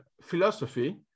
philosophy